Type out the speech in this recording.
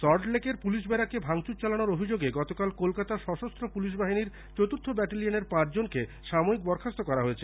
সল্টলেকের পুলিশ ব্যারাকে ভাঙচুর চালানোর অভিযোগে গতকাল কলকাতার সশস্ত্র পুলিশ বাহিনীর চতুর্থ ব্যাটেলিয়ানের পাঁচজনকে সাময়িক বরখাস্ত করা হয়েছে